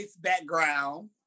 background